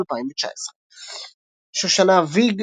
2019. שושנה ויג,